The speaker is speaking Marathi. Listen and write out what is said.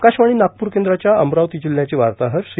आकाशवाणी नागपूर केंद्राच्या अमरावती जिल्ह्याचे वार्ताहर श्री